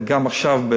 גם עכשיו,